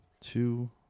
two –